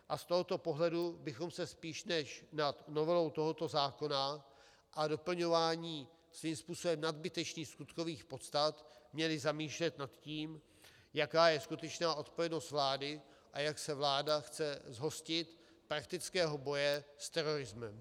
Z tohoto pohledu bychom se spíš než nad novelou tohoto zákona a doplňováním svým způsobem nadbytečných skutkových podstat měli zamýšlet nad tím, jaká je skutečná odpovědnost vlády a jak se vláda chce zhostit praktického boje s terorismem.